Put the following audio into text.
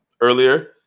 earlier